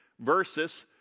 versus